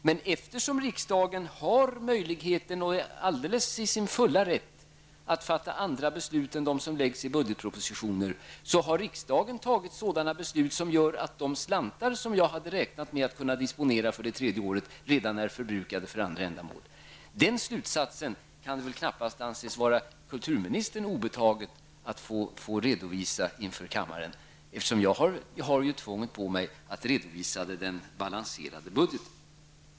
Men eftersom riksdagen har möjlighet och är i sin fulla rätt att fatta beslut som inte överensstämmer med förslagen i olika budgetpropositioner, har riksdagen fattat beslut som innebär att de slantar som jag hade räknat med att kunna disponera för det tredje året redan har förbrukats. Pengarna har gått till andra ändamål. Den slutsatsen kan det väl knappast vara kulturministern obetaget att få redovisa inför kammaren. Jag har ju ett tvång över mig att redovisa en balanserad budget.